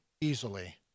easily